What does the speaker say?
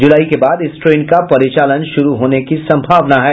जुलाई के बाद इस ट्रेन का परिचालन शुरू होने की सम्भावना है